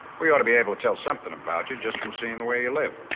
we ought to be able to tell something about you just from seeing the way you live.